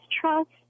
trust